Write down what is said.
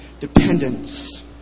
dependence